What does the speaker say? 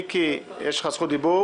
מיקי, יש לך זכות דיבור.